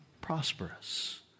prosperous